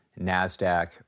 NASDAQ